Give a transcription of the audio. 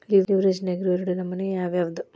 ಲಿವ್ರೆಜ್ ನ್ಯಾಗಿರೊ ಎರಡ್ ನಮನಿ ಯಾವ್ಯಾವ್ದ್?